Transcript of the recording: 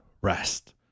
rest